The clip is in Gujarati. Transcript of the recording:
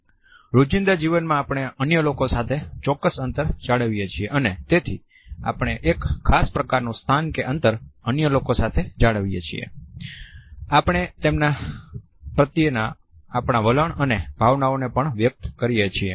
રોજિંદા જીવનમાં આપણે અન્ય લોકો સાથે ચોક્કસ અંતર જાળવીએ છીએ અને તેથી આપણે એક ખાસ પ્રકારનું સ્થાન કે અંતર અન્ય લોકો સાથે જાળવીએ છીએ આપણે તેમના પ્રત્યેના આપણા વલણ અને ભાવનાઓને પણ વ્યક્ત કરીએ છીએ